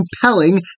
compelling